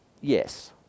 yes